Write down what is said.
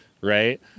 Right